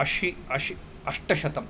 अशी अश् अष्टशतम्